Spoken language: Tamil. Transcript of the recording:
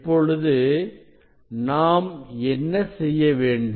இப்பொழுது நாம் என்ன செய்ய வேண்டும்